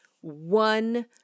one